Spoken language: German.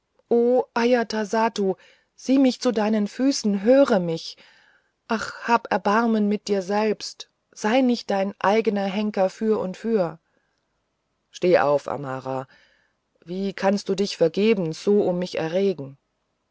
sieh mich zu deinen füßen höre mich ach hab erbarmen mit dir selbst sei nicht dein eigener henker für und für steh auf amara wie kannst du dich vergebens so um mich erregen